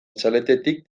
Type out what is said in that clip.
txaletetik